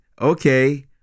okay